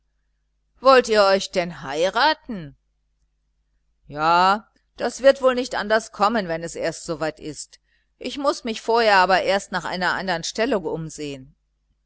wollt ihr euch denn heiraten ja das wird wohl nicht anders kommen wenn es erst so weit ist ich muß mich vorher aber erst nach einer andern stellung umsehen